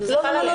לא.